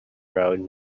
road